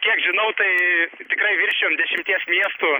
kiek žinau tai tikrai viršijom dešimties miestų